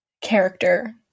character